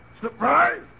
Surprise